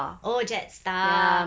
oh Jetstar